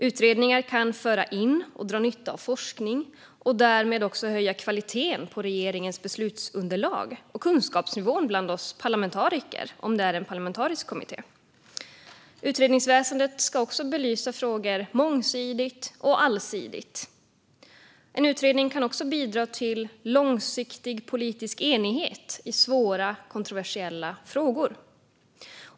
Utredningar kan föra in och dra nytta av forskning och därmed höja kvaliteten på regeringens beslutsunderlag och kunskapsnivån bland oss parlamentariker, om det är en parlamentarisk kommitté. Utredningsväsendet ska också belysa frågor mångsidigt och allsidigt. En utredning kan även bidra till långsiktig politisk enighet i svåra och kontroversiella frågor.